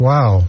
Wow